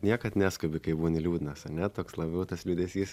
niekad neskubi kai būni liūdnas ane toks labiau tas liūdesys